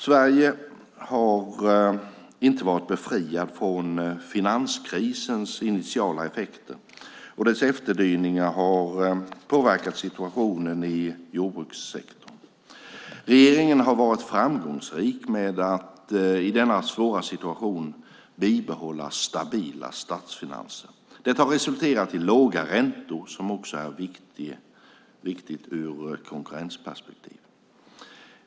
Sverige har inte varit befriat från finanskrisens initiala effekter, och dess efterdyningar har påverkat situationen i jordbrukssektorn. Regeringen har varit framgångsrik med att i denna svåra situation bibehålla stabila statsfinanser. Det har resulterat i låga räntor, vilket också är viktigt ur konkurrensperspektiv.